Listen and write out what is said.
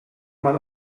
man